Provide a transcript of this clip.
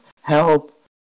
Help